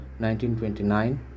1929